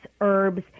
herbs